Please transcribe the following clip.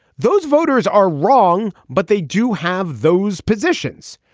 those voters are wrong but they do have those positions.